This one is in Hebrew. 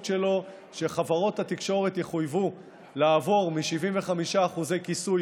שלו היא שחברות התקשורת יחויבו לעבור מ-75% כיסוי